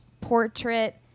portrait